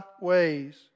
ways